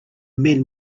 men